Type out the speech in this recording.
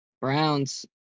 Browns